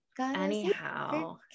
anyhow